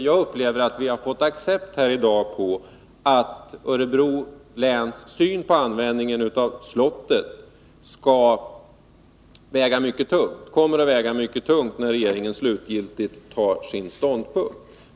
Jag vill än en gång konstatera att vi i dag har fått bekräftelse på att Örebro läns syn på användningen av slottet kommer att väga mycket tungt när regeringen slutgiltigt intar sin ståndpunkt.